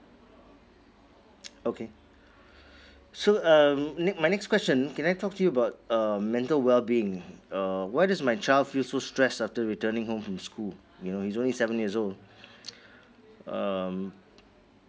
okay so um ne~ my next question can I talk to you about um mental well being uh why is my child feel so stress after returning home from school you know he is only seven years old um